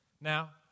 Now